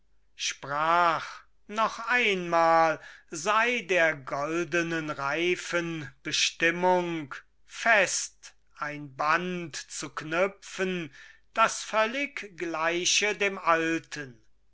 sprach noch einmal sei der goldenen reifen bestimmung fest ein band zu knüpfen das völlig gleiche dem alten